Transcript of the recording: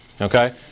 Okay